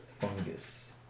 fungus